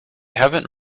haven’t